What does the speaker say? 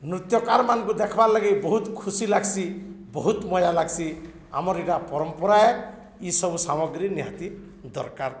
ନୃତ୍ୟକାର୍ମାନ୍କୁ ଦେଖ୍ବାର୍ ଲାଗି ବହୁତ୍ ଖୁସି ଲାଗ୍ସି ବହୁତ୍ ମଜା ଲାଗ୍ସି ଆମର୍ ଇଟା ପରମ୍ପରାଏ ଇସବୁ ସାମଗ୍ରୀ ନିହାତି ଦର୍କାର୍